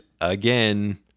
again